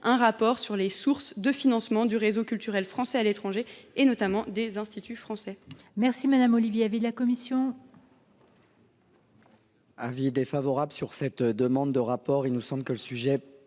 un rapport sur les sources de financement du réseau culturel français à l’étranger, notamment des instituts français.